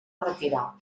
retirar